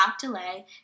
delay